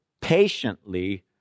patiently